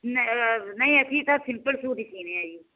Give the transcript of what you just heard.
ਨਹੀਂ ਅਸੀਂ ਤਾਂ ਸਿੰਪਲ ਸੀਊਂਦੇ ਹਾਂ ਜੀ